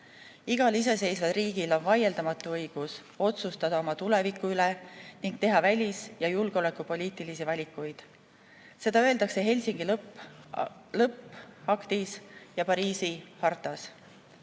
iseseisval riigil on vaieldamatu õigus otsustada oma tuleviku üle ning teha välis‑ ja julgeolekupoliitilisi valikuid. Seda öeldakse Helsingi lõppaktis ja Pariisi hartas.